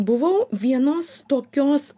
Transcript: buvau vienos tokios